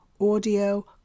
audio